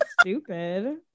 stupid